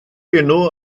enw